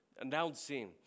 announcing